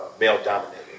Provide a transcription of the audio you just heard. male-dominated